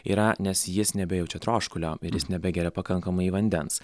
yra nes jis nebejaučia troškulio ir jis nebegeria pakankamai vandens